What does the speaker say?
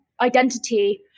identity